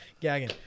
Gagging